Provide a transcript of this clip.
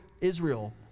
Israel